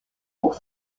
hauts